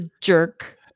jerk